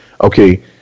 Okay